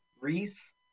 Reese